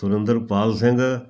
Surinder Pal Singh